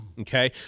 Okay